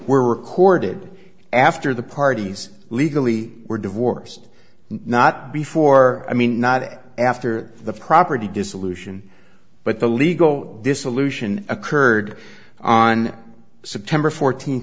were recorded after the parties legally were divorced not before i mean not after the property dissolution but the legal dissolution occurred on september fourteenth